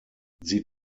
sie